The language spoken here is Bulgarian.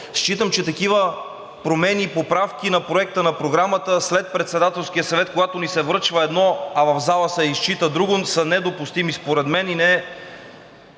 Считам, че такива промени, поправки на Проекта на програмата след Председателския съвет, когато ни се връчва едно, а в зала се изчита друго, са недопустими според мен и не са